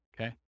Okay